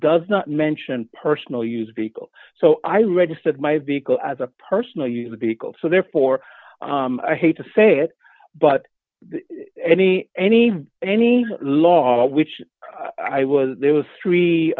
does not mention personal use vehicle so i registered my vehicle as a personal you would be called so therefore i hate to say it but any any any law which i was there was three